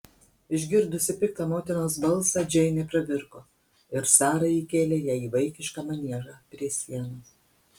išgirdusi piktą motinos balsą džeinė pravirko ir sara įkėlė ją į vaikišką maniežą prie sienos